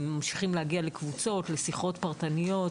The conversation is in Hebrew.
הם ממשיכים להגיע לקבוצות, לשיחות פרטניות.